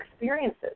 experiences